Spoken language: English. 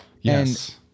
Yes